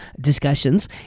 discussions